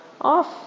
off